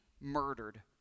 murdered